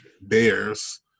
Bears